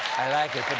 i like it.